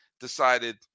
decided